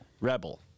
rebel